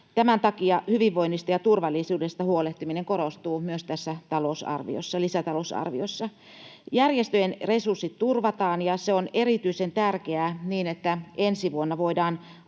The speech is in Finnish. Tämän takia hyvinvoinnista ja turvallisuudesta huolehtiminen korostuu myös tässä lisätalousarviossa. Järjestöjen resurssit turvataan, ja se on erityisen tärkeää, jotta ensi vuonna voidaan